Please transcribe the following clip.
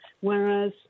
whereas